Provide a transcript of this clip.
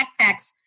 backpacks